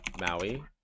Maui